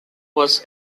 was